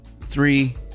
three